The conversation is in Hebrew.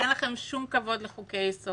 שאין לכם שום כבוד לחוקי-יסוד